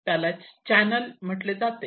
त्याला चॅनल म्हटले जाते